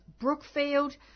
Brookfield